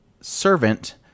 servant